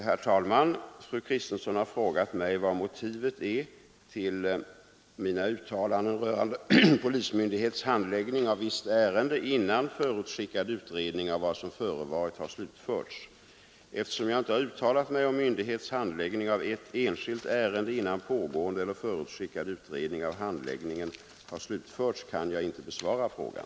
Herr talman! Fru Kristensson har frågat mig vad motivet är till mina uttalanden rörande polismyndighets handläggning av visst ärende innan förutskickad utredning av vad som har förevarit har slutförts. Eftersom jag inte har uttalat mig om myndighets handläggning av ett enskilt ärende, innan pågående eller förutskickad utredning av handläggningen har slutförts, kan jag inte besvara frågan.